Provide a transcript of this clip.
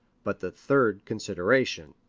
but the third consideration.